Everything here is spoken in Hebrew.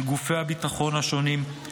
של גופי הביטחון השונים,